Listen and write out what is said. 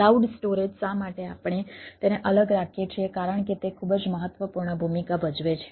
cloud storage શા માટે આપણે તેને અલગ રાખીએ છીએ કારણ કે તે ખૂબ જ મહત્વપૂર્ણ ભૂમિકા ભજવે છે